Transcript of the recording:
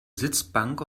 sitzbank